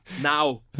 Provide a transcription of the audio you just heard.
Now